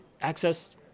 access